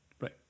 right